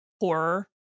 Horror